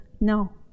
no